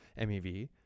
MeV